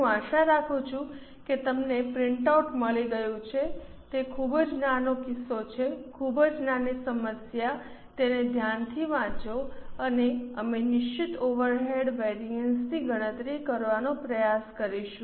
હું આશા રાખું છું કે તમને પ્રિન્ટઆઉટ મળી ગયું છે તે ખૂબ જ નાનો કિસ્સો છે ખૂબ જ નાની સમસ્યા તેને ધ્યાનથી વાંચો અને અમે નિશ્ચિત ઓવરહેડ વેરિએન્સીસની ગણતરી કરવાનો પ્રયાસ કરીશું